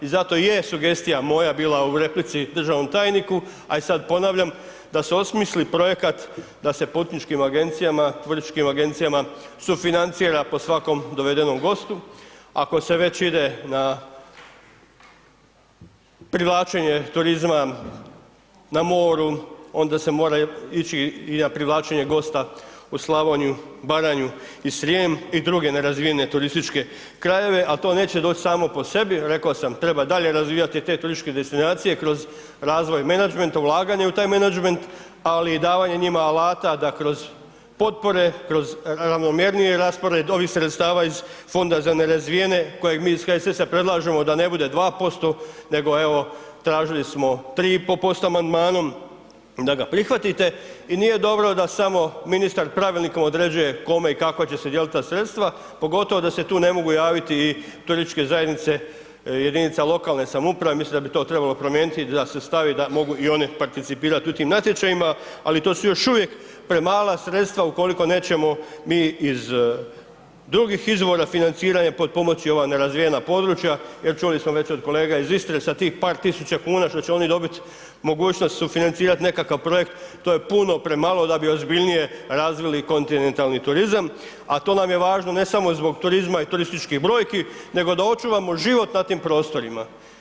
I zato je sugestija moja bila u replici državnom tajniku, a i sad ponavljam da se osmisli projekat da se putničkim agencijama, turističkim agencijama sufinancira po svakom dovedenom gostu, ako se već ide na privlačenje turizma na moru, onda se mora ići i na privlačenje gosta u Slavniju, Baranju i Srijem, i druge nerazvijene turističke krajeve, al' to neće doć' samo po sebi, rek'o sam treba dalje razvijati te turističke destinacije kroz razvoj menadžmenta, ulaganje u taj menadžment, ali i davanje njim alata da kroz potpore, kroz ravnomjerniji raspored ovih sredstava iz Fonda za nerazvijene, kojeg mi iz HSS-a predlažemo da ne bude 2% nego evo tražili smo 3,5% amandmanom da ga prihvatite, i nije dobro da samo ministar Pravilnikom određuje kome i kako će se dijelit' ta sredstva pogotovo da se tu ne mogu javiti i turističke zajednice jedinica lokalne samouprave, mislim da bi to trebalo promijeniti da se stavi da mogu i one participirati u tim natječajima, ali to su još uvijek premala sredstva ukoliko nećemo iz drugih izvora financiranja potpomoći ova nerazvijena područja, jer čuli smo već od kolega iz Istre, sa tih par tisuća kuna što će oni dobit, mogućnost sufinancirat nekakav projekt, to je puno premalo da bi ozbiljnije razvili kontinentalni turizam, a to nam je važno, ne samo zbog turizma i turističkih brojki, nego da očuvamo život na tim prostorima.